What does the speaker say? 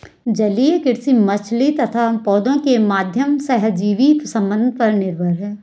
जलीय कृषि मछली तथा पौधों के माध्यम सहजीवी संबंध पर निर्भर है